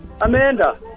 Amanda